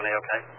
okay